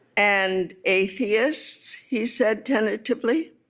and atheists? he said, tentatively